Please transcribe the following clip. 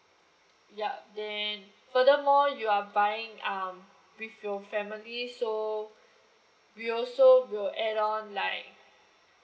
yup then furthermore you are buying um with your family so we'll also will add on like